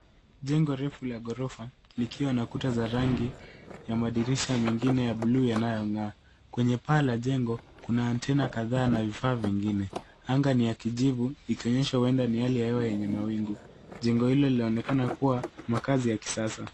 Jengo refu la gorofa likiwa na kuta za rangi na madirisha mengine yaliyo ngaa. Kwenye paa la jengo kuna antenna kadhaa na vifaa vingine. Anga ni ya kijivu ikionyesha ni huenda ni hali hewa lenye mawingu. Jengo hilo linaonekana kuwa makazi ya kisasa.